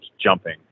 jumping